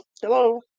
hello